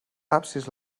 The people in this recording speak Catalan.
absis